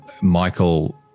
Michael